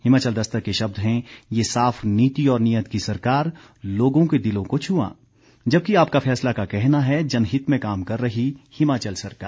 हिमाचल दस्तक के शब्द हैं ये साफ नीति और नियत की सरकार लोगों के दिलों को छुआ जबकि आपका फैसला का कहना है जनहित में काम कर रही हिमाचल सरकार